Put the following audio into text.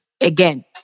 again